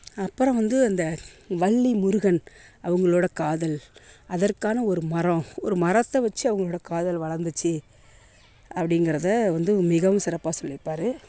அப்புறம் வந்து அந்த வள்ளி முருகன் அவங்களோட காதல் அதற்கான ஒரு மரம் ஒரு மரத்தை வச்சு அவங்களோட காதல் வளந்துச்சு அப்படிங்கிறத வந்து மிகவும் சிறப்பாக சொல்லிருப்பார்